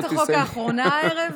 זאת הצעת החוק האחרונה הערב,